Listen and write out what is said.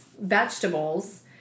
vegetables